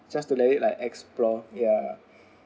just to let you like explore ya